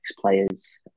players